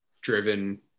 driven